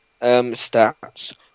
stats